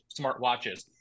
smartwatches